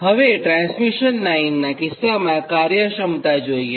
હવેટ્રાન્સમિશન લાઇનનાં કિસ્સામાં કાર્યક્ષમતા જોઇએ